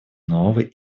новый